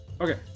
Okay